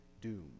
doom